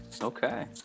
Okay